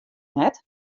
net